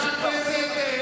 רבותי.